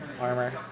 armor